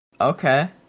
Okay